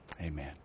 Amen